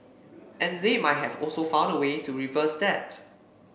and they might have also found a way to reverse that